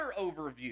overview